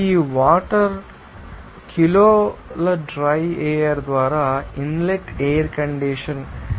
ఇప్పుడు ఈ వాటర్ కిలోల డ్రై ఎయిర్ ద్వారా ఇన్లెట్ ఎయిర్ కండిషన్ 0